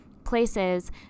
places